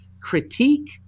critique